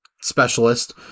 specialist